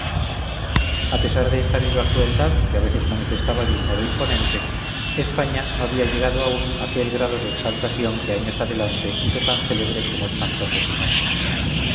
a pesar de esta viva crueldad que a veces manifestaba de un modo imponente españa no había llegado aún a aquel grado de exaltación que años adelante hizo tan célebre como espantoso su nombre